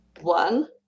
one